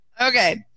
Okay